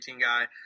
guy